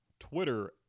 Twitter